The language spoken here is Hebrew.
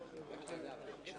לאלה שנתנו את האשראי,